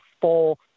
full